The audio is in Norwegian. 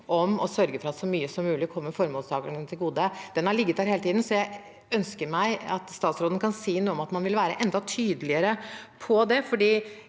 om å sørge for at så mye som mulig kommer formålstakerne til gode, ligget der hele tiden. Jeg ønsker meg at statsråden sier noe om hvorvidt man vil være enda tydeligere på det.